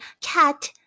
cat